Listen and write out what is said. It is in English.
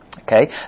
Okay